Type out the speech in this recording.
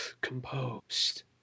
Composed